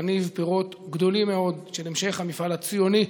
תניב פירות גדולים מאוד של המשך המפעל הציוני,